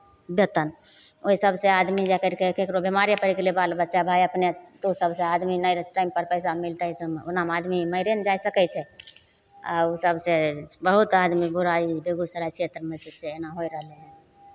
वेतन ओहि सभसँ आदमी जाय करि कऽ ककरो बिमारे पड़ि गेलै बाल बच्चा भाय अपने तऽ ओ सभसँ आदमी नहि रख टाइमपर पइसा मिलतै तऽ ओनामे आदमी मरिए ने जाय सकै छै आ ओ सभसँ बहुत आदमी बुराइ बेगूसराय क्षेत्रमे से एना होइ रहलै हन